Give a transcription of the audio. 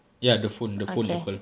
ya the phone the phone Apple